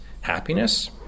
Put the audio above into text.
happiness